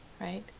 Right